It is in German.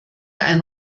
ein